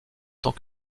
tant